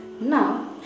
Now